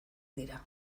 dira